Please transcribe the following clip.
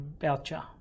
voucher